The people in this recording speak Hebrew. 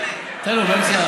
צחי, תן לו, הוא באמצע.